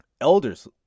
elders